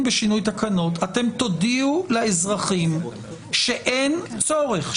בשינוי תקנות אתם תודיעו לאזרחים שאין צורך,